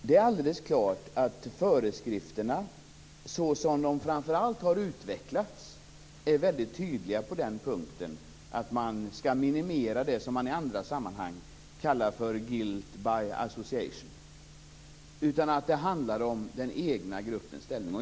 Det är alldeles klart att föreskrifterna såsom de har utvecklats är tydliga på punkten att minimera det som i andra sammanhang kallas för guilt by association. Det handlar om den egna gruppens ställning.